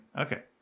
Okay